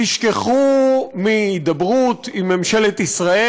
תשכחו מהידברות עם ממשלת ישראל.